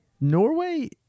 Norway